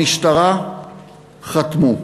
המשטרה, חתמו.